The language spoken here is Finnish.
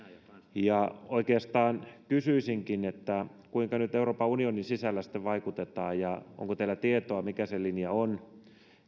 oikeastaan kysyisinkin kuinka nyt euroopan unionin sisällä sitten vaikutetaan ja onko teillä tietoa mikä se linja on